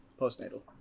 Postnatal